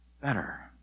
better